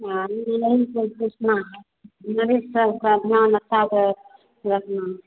हाँ मुझे से पूछना है यही सब करना फिर अपना